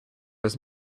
his